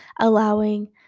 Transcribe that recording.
allowing